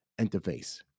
interface